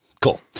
cool